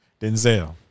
Denzel